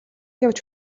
явж